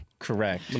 Correct